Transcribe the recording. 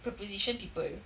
preposition people